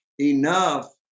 Enough